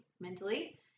mentally